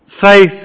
Faith